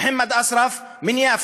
מוחמד אסרף מן יאפא,